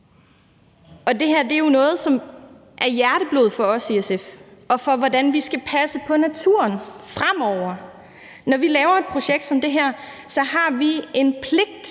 Og det her er jo noget, som er hjerteblod for os i SF – hvordan vi skal passe på naturen fremover. Når vi laver et projekt som det her, har vi en pligt